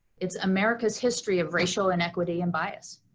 it's america's history of racial inequity and bias.